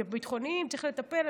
בביטחוניים צריך לטפל,